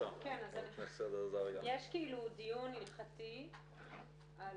יש דיון הלכתי על